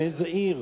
מאיזו עיר,